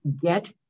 get